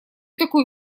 такой